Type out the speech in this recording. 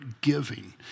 giving